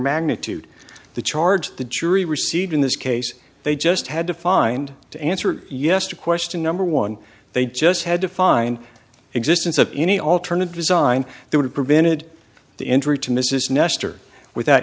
magnitude the charge the jury received in this case they just had to find the answer yes to question number one they just had to find existence of any alternative zein they would have prevented